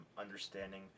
understanding